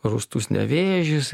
rūstus nevėžis